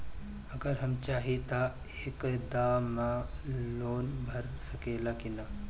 अगर हम चाहि त एक दा मे लोन भरा सकले की ना?